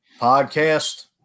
podcast